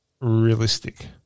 realistic